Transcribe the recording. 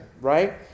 right